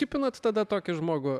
tipinat tada tokį žmogų